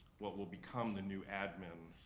what will become the new admin